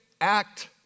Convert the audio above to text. act